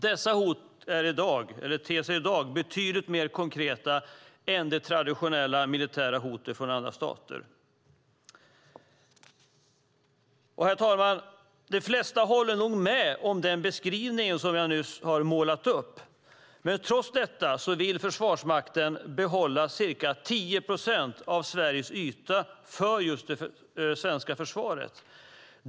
Dessa hot ter sig i dag betydligt mer konkreta än de traditionella militära hoten från andra stater. Herr talman! De flesta håller nog med om den beskrivning som jag nyss har målat upp. Trots detta vill Försvarsmakten behålla ca 10 procent av Sveriges yta för just det svenska försvaret.